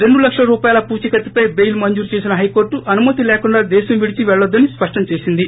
రెండు లక్షల రూపాయల పూచీకత్తుపై బెయిల్ మంజురు చేసిన హైకోర్టు అనుమతి లేకుండా దేశం విడిచి పెల్లొద్దని స్పష్టం చేసింది